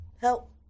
help